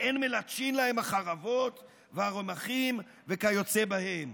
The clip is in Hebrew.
ואין מלטשין להם החרבות והרמחים וכיוצא בהם,